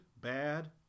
bad